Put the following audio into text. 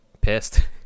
pissed